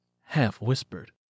half-whispered